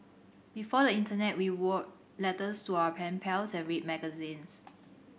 before the internet we were letters to our pen pals and read magazines